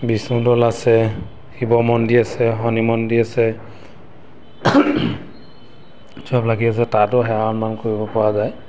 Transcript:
বিষ্ণুদৌল আছে শিৱ মন্দিৰ আছে শনি মন্দিৰ আছে সব লাগি আছে তাতো সেৱা সন্মান কৰিব পৰা যায়